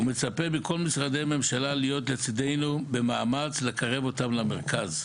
ומצפה מכל משרדי הממשלה להיות לצידנו במאמץ לקרב אותם למרכז.